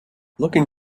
looking